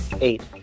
Eight